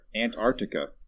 Antarctica